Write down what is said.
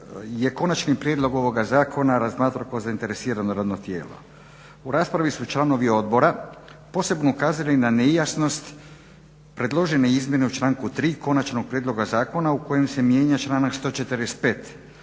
je konačni prijedlog ovoga zakona razmatrao kao zainteresirano radno tijelo. U raspravi su članovi odbora posebno ukazali na nejasnost predložene izmjene u članku 3. konačnog prijedloga zakona u kojem se mijenja članak 145.